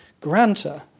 Granter